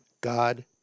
God